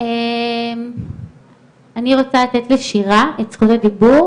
אני רוצה לתת לשירה את זכות הדיבור.